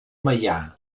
meià